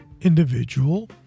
individual